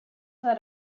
that